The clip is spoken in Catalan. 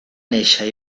néixer